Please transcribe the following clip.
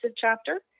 chapter